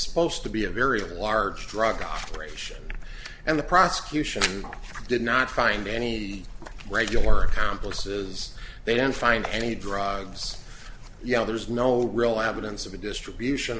supposed to be a very large drug operation and the prosecution did not find any regular accomplices they didn't find any drugs yeah there's no real evidence of a distribution